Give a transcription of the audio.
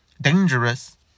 dangerous